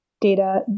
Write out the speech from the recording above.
data